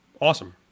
awesome